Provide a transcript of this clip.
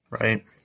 Right